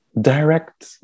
direct